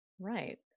Right